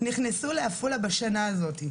נכנסו לעפולה בשנה הזאת,